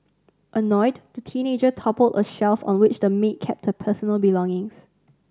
annoyed the teenager toppled a shelf on which the maid kept her personal belongings